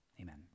Amen